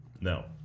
No